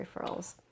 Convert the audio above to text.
referrals